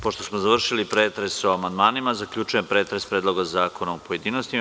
Pošto smo završili pretres o amandmanima, zaključujem pretres Predloga zakona u pojedinostima.